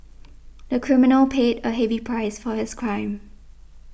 the criminal paid a heavy price for his crime